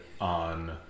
On